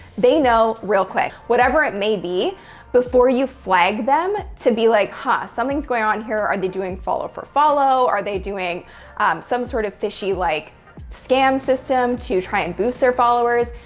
they know real quick. whatever it may be before you flag them to be like, huh, something's going on here. are they doing follow for follow? are they doing some sort of fishy like scam system to try and boost their followers?